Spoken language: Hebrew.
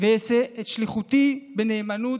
ואעשה את שליחותי בנאמנות.